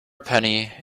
penny